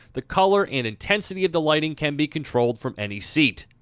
the color and intensity of the lighting can be controlled from any seat.